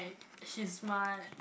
she's smart